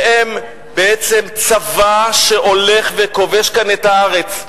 והם בעצם צבא שהולך וכובש כאן את הארץ.